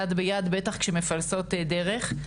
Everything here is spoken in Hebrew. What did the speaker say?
יד ביד, בטח כשמפלסות דרך.